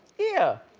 yeah.